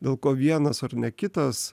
dėl ko vienas ar ne kitas